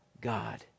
God